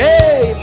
Hey